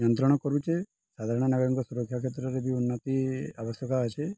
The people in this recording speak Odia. ନିୟନ୍ତ୍ରଣ କରୁଛେ ସାଧାରଣ ନାଗରିକଙ୍କ ସୁରକ୍ଷା କ୍ଷେତ୍ରରେ ବି ଉନ୍ନତି ଆବଶ୍ୟକ ଅଛେ